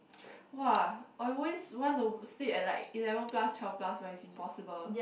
!wow! I always want to sleep at like eleven plus twelve plus but it's impossible